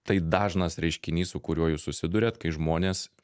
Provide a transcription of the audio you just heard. tai dažnas reiškinys su kuriuo jūs susiduriat kai žmonės